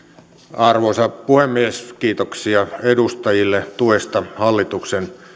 arvoisa puhemies kiitoksia edustajille tuesta hallituksen